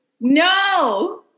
no